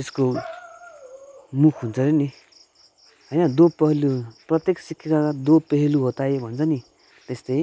त्यसको मुख हुन्छ अरे नि होइन दो पहलू प्रत्येक सिक्काका दो पहलू होता है भन्छ नि त्यस्तै